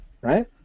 Right